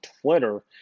Twitter